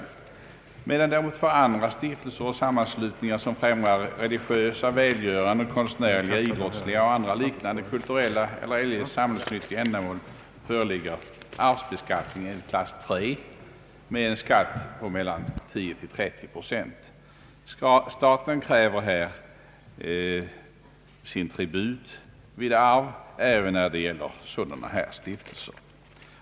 Däremot tillämpas för andra stiftelser eller sammanslutningar som främjar religiösa, välgörande, konstnärliga, idrottsliga eller andra liknande kulturella eller eljest allmännyttiga ändamål arvsbeskattning enligt klass III med en skatt på mellan 10 och 30 procent. Staten kräver sin tribut vid arv även när det gäller sådana här stiftelser.